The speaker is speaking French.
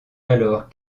alors